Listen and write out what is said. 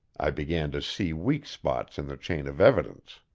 i began to see weak spots in the chain of evidence.